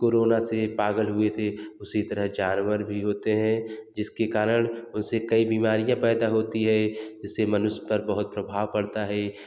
corona से पागल हुए थे उसी तरह से जानवर भी होते हैं जिसके कारण उसे कई बीमारियाँ पैदा होती है जिससे मनुष्य पर बहुत प्रभाव पड़ता है